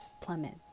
plummet